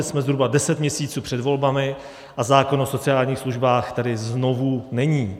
Jsme zhruba deset měsíců před volbami a zákon o sociálních službách tedy znovu není.